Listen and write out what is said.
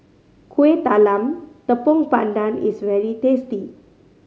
Kueh Talam Tepong Pandan is very tasty